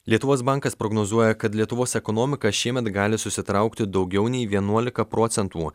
lietuvos bankas prognozuoja kad lietuvos ekonomika šiemet gali susitraukti daugiau nei vienuolika procentų